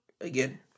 again